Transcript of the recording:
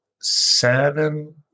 seven